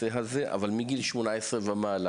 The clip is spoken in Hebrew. היה דיון בנושא הזה אבל מגיל 18 ומעלה.